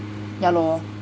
ya lor